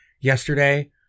yesterday